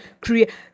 create